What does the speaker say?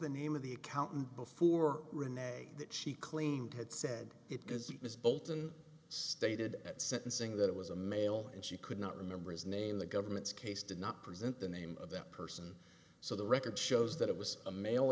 the name of the accountant before renee that she claimed had said it because it was bolton stated at sentencing that it was a male and she could not remember his name the government's case did not present the name of that person so the record shows that it was a male